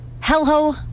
Hello